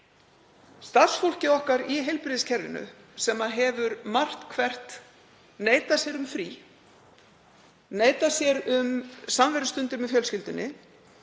Starfsfólkið okkar í heilbrigðiskerfinu, sem hefur margt hvert neitað sér um frí, neitað sér um samverustundir með fjölskyldunni,